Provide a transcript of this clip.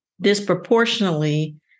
disproportionately